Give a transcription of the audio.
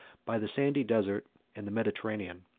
by the sandy desert and the mediterranean.